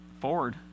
forward